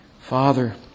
Father